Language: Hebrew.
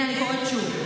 אני קוראת שוב,